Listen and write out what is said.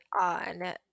on